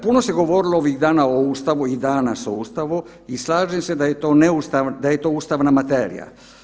Puno se govorilo ovih dana o Ustavu i dana o Ustavu i slažem se da je to ustavna materija.